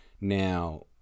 Now